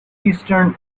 eastern